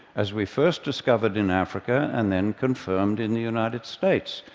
as we first discovered in africa and then confirmed in the united states,